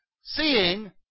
seeing